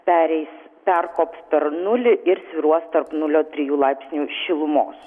pereis perkops per nulį ir svyruos tarp nulio trijų laipsnių šilumos